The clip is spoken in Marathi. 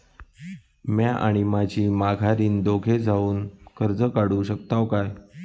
म्या आणि माझी माघारीन दोघे जावून कर्ज काढू शकताव काय?